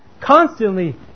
constantly